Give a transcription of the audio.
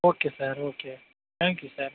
okay sir okay thank you sir